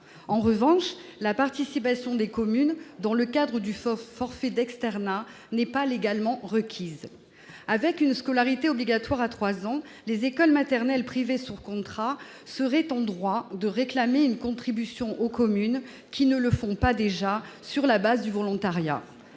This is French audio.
En revanche, la participation des communes, dans le cadre du forfait d'externat, n'est pas légalement requise. Mais si l'âge de la scolarité obligatoire était abaissé à trois ans, les écoles maternelles privées sous contrat seraient en droit de réclamer une contribution aux communes qui n'en apportent pas déjà une sur la base du volontariat.